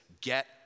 Get